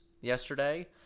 yesterday